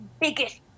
biggest